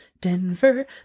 Denver